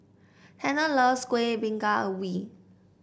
Tanner loves Kuih Bingka Ubi